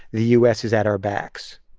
the u s. is at our backs.